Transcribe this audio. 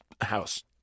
house